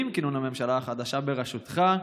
עם כינון הממשלה החדשה בראשותך,